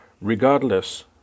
Regardless